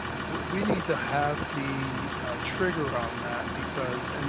we need to have the trigger on that because, and